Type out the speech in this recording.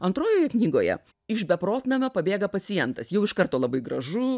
antrojoje knygoje iš beprotnamio pabėga pacientas jau iš karto labai gražu